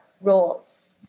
roles